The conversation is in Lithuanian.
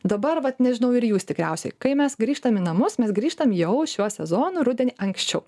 dabar vat nežinau ir jūs tikriausiai kai mes grįžtam į namus mes grįžtam jau šio sezono rudenį anksčiau